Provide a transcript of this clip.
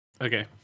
Okay